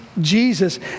Jesus